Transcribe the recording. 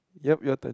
ya your turn